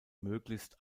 möglichst